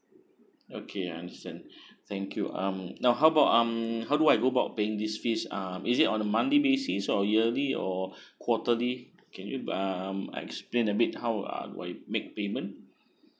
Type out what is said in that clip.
okay understand thank you um now how about um how do I go about paying this fees uh is it on a monthly basis or yearly or quarterly can you by um explain a bit how ah do I make payment